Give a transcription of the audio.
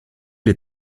les